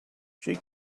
she